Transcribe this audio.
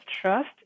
trust